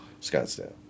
Scottsdale